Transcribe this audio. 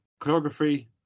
Choreography